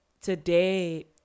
today